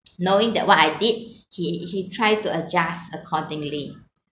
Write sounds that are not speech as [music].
[noise] knowing that what I did he he try to adjust accordingly